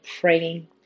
praying